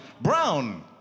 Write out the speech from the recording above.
brown